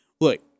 Look